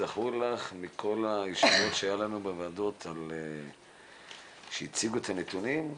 זכור לך מכל הישיבות שהיה לנו בוועדות כשהציגו את הנתונים,